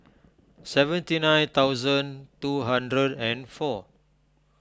seventy nine thousand two hundred and four